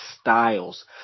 styles